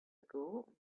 ago